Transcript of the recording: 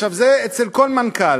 עכשיו, זה אצל כל מנכ"ל.